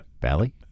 Valley